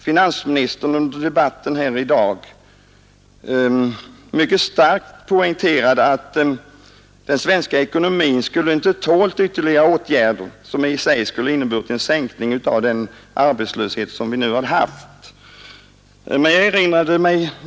Finansministern poängterade mycket starkt tidigare i debatten, att den svenska ekonomin inte skulle ha tålt ytterligare åtgärder, som i sig skulle ha inneburit en nedgång av den arbetslöshet vi har haft och har.